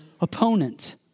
opponent